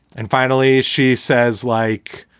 and finally she says like,